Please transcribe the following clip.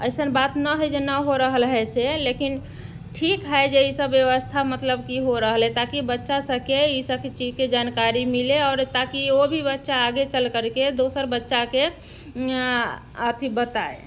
अइसन बात नहि हय जे नहि हो रहल हय से लेकिन ठीक हय जे ई सब व्यवस्था मतलब कि हो रहले ताकि बच्चा सबके ई सब चीजके जानकारी मिलै आओर ताकि ओ भी बच्चा आगे चल करके दोसर बच्चाके अथी बताय